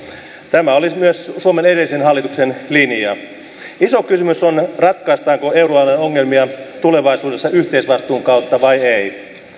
tämä oli myös suomen edellisen hallituksen linja iso kysymys on ratkaistaanko euroalueen ongelmia tulevaisuudessa yhteisvastuun kautta vai ei